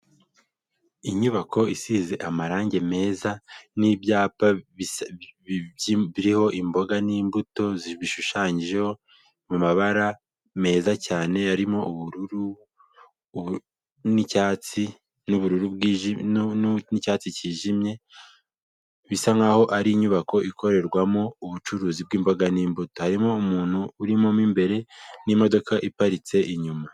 Inyubako isize amarange meza n'ibyapa bisa, biriho imboga n'imbuto zibishushanyijeho mu mabara meza cyane arimo ubururu, n'icyatsi n'ubururu bwiji, n'icyatsi cyijimye bisa nkaho ari inyubako ikorerwamo ubucuruzi bw'imboga n'imbuto. Harimo umuntu urimo mo imbere n'imodoka iparitse inyuma.